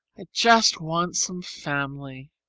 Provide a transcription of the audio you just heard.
i just want some family.